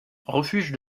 refuge